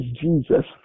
Jesus